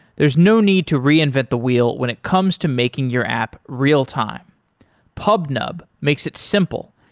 there is no need to reinvent the wheel when it comes to making your app real-time pubnub makes it simple,